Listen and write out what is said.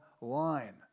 line